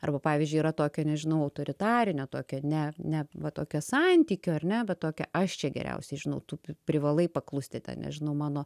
arba pavyzdžiui yra tokio nežinau autoritarinio tokio ne ne va tokio santykio ar ne va tokio aš čia geriausiai žinau tu privalai paklusti ten nežinau mano